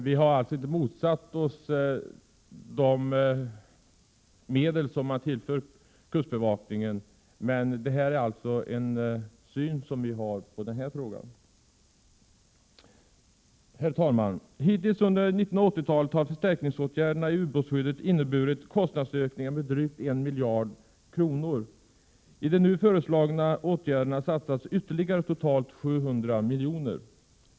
Vi har alltså inte motsatt oss de medel som tillförs kustbevakningen, men jag har ändå velat redovisa vår uppfattning i denna fråga. Herr talman! Hitintills under 1980-talet har förstärkningsåtgärderna när det gäller ubåtsskyddet inneburit kostnadsökningar med drygt 1 miljard kronor. Genom de nu föreslagna åtgärderna satsas ytterligare totalt 700 milj.kr.